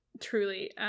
truly